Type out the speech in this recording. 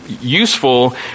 useful